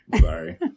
Sorry